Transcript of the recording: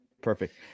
perfect